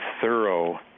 thorough